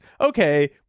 okay